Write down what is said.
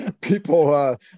people